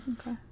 Okay